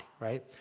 right